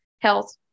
health